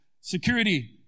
security